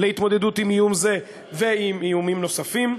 להתמודדות עם איום זה ועם איומים נוספים.